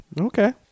Okay